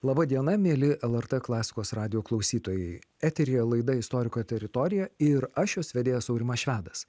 laba diena mieli lrt klasikos radijo klausytojai eteryje laida istoriko teritorija ir aš jos vedėjas aurimas švedas